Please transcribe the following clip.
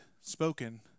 spoken